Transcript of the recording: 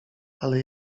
ale